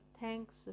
Thanks